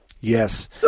Yes